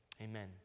Amen